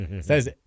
says